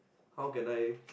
how can I